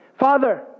Father